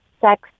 sex